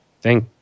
thank